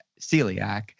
celiac